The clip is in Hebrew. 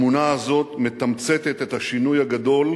התמונה הזאת מתמצתת את השינוי הגדול